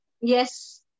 Yes